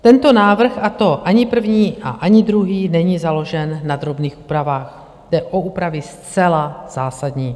Tento návrh, a to ani první, a ani druhý, není založen na drobných úpravách, jde o úpravy zcela zásadní.